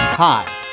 Hi